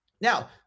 Now